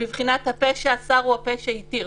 בבחינת הפה שאסר הוא הפה שהתיר.